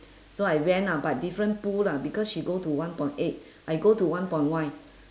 so I went ah but different pool lah because she go to one point eight I go to one point one